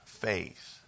faith